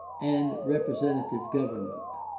and representative government.